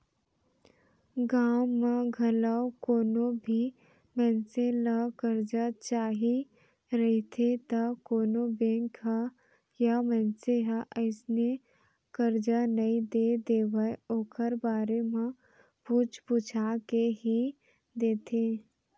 गाँव म घलौ कोनो भी मनसे ल करजा चाही रहिथे त कोनो बेंक ह या मनसे ह अइसने करजा नइ दे देवय ओखर बारे म पूछ पूछा के ही देथे